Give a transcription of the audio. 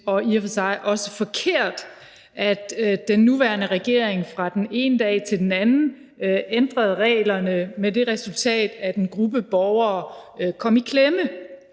og i og for sig også forkert, at den nuværende regering fra den ene dag til den anden ændrede reglerne, med det resultat at en gruppe borgere kom i klemme,